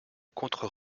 contre